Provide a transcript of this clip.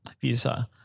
visa